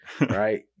right